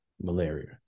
malaria